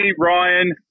Ryan